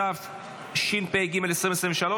התשפ"ג 2023,